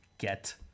Get